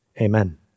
Amen